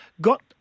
got